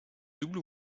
double